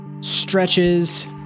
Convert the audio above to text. stretches